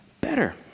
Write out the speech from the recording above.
better